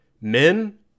Men